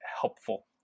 helpful